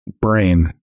brain